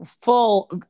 full